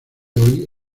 hoy